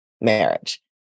marriage